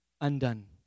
undone